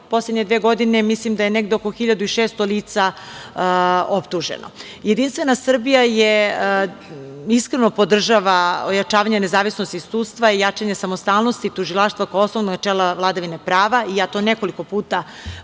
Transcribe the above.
poslednje dve godine mislim da je negde oko 1.600 lica optuženo. Jedinstvena Srbija iskreno podržava ojačavanje nezavisnosti sudstva i jačanje samostalnosti tužilaštva, kao osnovnog načela vladavine prava, i ja to nekoliko puta